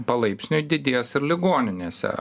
palaipsniui didės ir ligoninėse